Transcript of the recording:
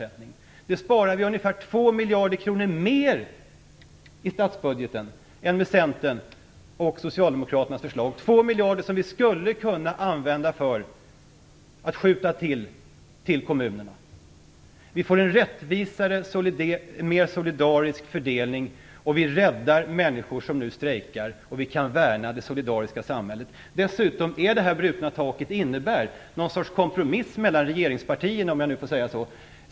På så sätt sparar vi ungefär 2 miljarder kronor mer i statsbudgeten än med Centerns och Socialdemokraternas förslag, 2 miljarder som vi skulle kunna skjuta till till kommunerna. Vi får på så vis en rättvisare, en mer solidarisk fördelning, vi räddar människor som nu strejkar, och vi kan värna det solidariska samhället. Dessutom innebär ett brutet tak en sorts kompromiss, om jag får uttrycka mig så, mellan regeringspartierna.